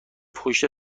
پشت